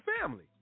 family